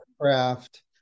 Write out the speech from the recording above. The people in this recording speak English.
craft